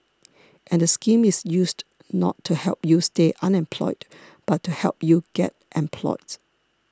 and the scheme is used not to help you stay unemployed but to help you get employed